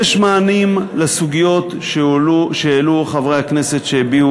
יש מענים על סוגיות שהעלו חברי הכנסת שהביעו